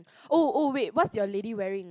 oh oh wait what's your lady wearing